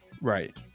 Right